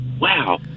wow